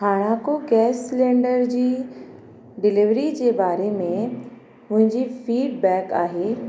हाणाको gas cylinder जी डिलेविरीअ जे बारे में मुंहिंजी फीडबैक आहे